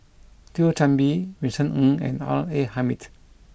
Thio Chan Bee Vincent Ng and R A Hamid